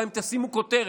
גם אם תשימו כותרת,